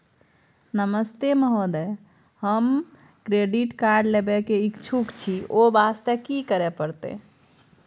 नमस्ते महोदय, हम credit card लेबे के इच्छुक छि ओ वास्ते की करै परतै?